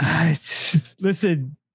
Listen